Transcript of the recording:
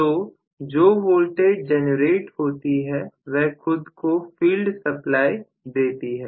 तो जो voltage generate होती है वह खुद को फील्ड सप्लाई देती है